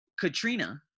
Katrina